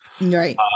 Right